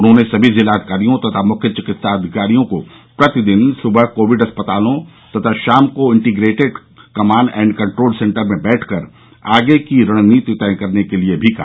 उन्होंने सभी जिलाधिकारियों तथा मुख्य चिकित्साधिकारियों को प्रतिदिन सुबह कोविड अस्पतालों तथा शाम को integrated command and control centre में बैठक कर आगे की रणनीति तय करने के लिए भी कहा